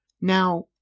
Now